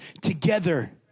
together